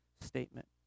statement